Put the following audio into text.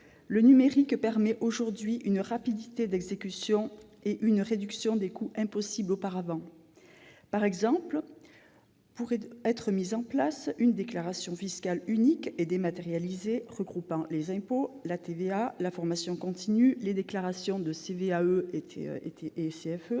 Le numérique permet une rapidité d'exécution et une réduction des coûts impossibles auparavant. Par exemple, pourrait être mise en place une déclaration fiscale unique et dématérialisée regroupant les impôts, la TVA, la formation continue, les déclarations de cotisation